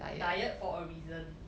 diet for a reason